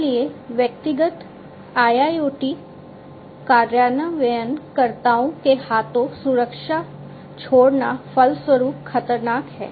इसलिए व्यक्तिगत IIoT कार्यान्वयनकर्ताओं के हाथों सुरक्षा छोड़ना फलस्वरूप खतरनाक है